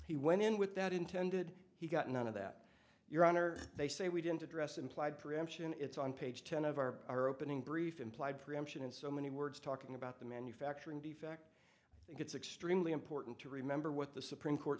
he went in with that intended he got none of that your honor they say we didn't address implied preemption it's on page ten of our are opening brief implied preemption in so many words talking about the manufacturing defect i think it's extremely important to remember what the supreme court